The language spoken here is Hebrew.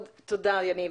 תודה יניב.